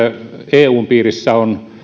eun piirissä on